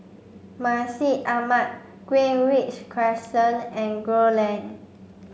Masjid Ahmad Greenridge Crescent and Gul Lane